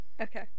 Okay